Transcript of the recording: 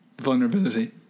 Vulnerability